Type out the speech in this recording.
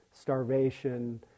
starvation